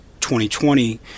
2020